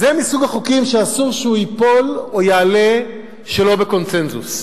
זה מסוג החוקים שאסור שהוא ייפול או יעלה שלא בקונסנזוס.